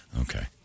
Okay